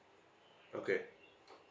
okay